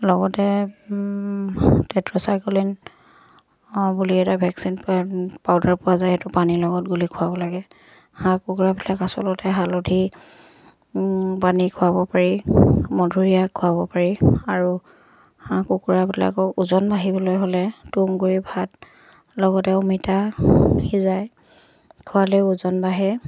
লগতে টেট্ৰাচাইক্লিন বুলি এটা ভেকচিন পাউডাৰ পোৱা যায় এইটো পানীৰ লগত গুলি খুৱাব লাগে হাঁহ কুকুৰাবিলাক আচলতে হালধি পানী খুৱাব পাৰি মধুৰিয়া খুৱাব পাৰি আৰু হাঁহ কুকুৰাবিলাকক ওজন বাঢ়িবলৈ হ'লে তুঁহগুৰি ভাত লগতে অমিতা সিজায় খোৱালে ওজন বাঢ়ে